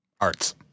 Arts